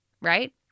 right